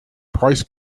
price